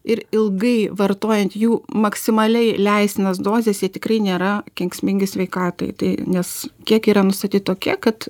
ir ilgai vartojant jų maksimaliai leistinos dozės tikrai nėra kenksmingi sveikatai tai nes kiekiai yra nustaty tokie kad